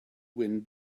when